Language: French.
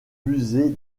musée